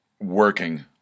working